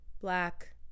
black